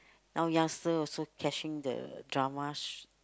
now youngster also catching the dramas